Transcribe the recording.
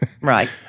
Right